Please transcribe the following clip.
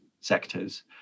sectors